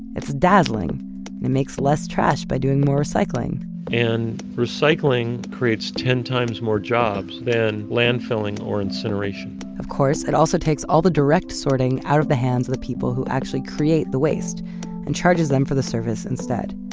it's dazzling and it makes less trash by doing more recycling and recycling creates ten times more jobs than landfilling or incineration of course, it also takes all the direct sorting out of the hands of the people who actually create the waste and charges them for the service instead.